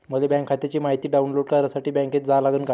मले बँक खात्याची मायती डाऊनलोड करासाठी बँकेत जा लागन का?